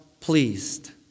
pleased